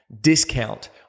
discount